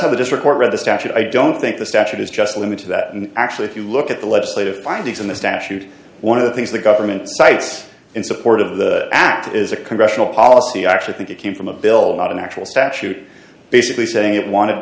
how the district court read the statute i don't think the statute is just a limit to that and actually if you look at the legislative findings in the statute one of the things the government sites in support of the act is a congressional policy i actually think it came from a bill out of natural statute basically saying it wanted